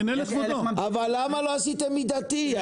אבל למה לא עשית מידתי?